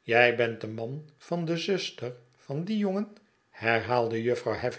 jij bent de man van de zuster van dien jongen herhaalde jufvrouw